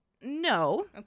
no